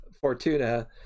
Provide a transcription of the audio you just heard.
Fortuna